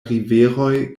riveroj